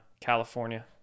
California